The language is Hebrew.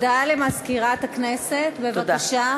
הודעה למזכירת הכנסת, בבקשה.